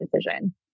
decision